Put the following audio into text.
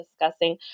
discussing